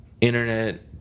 internet